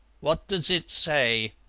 what does it say?